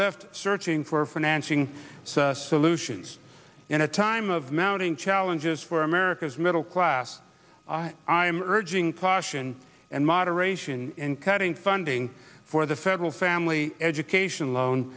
left searching for financing solutions in a time of mounting challenges for america's middle class i'm urging caution and moderation in cutting funding for the federal family education lo